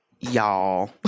Y'all